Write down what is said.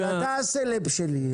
אבל אתה הסלב שלי.